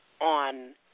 on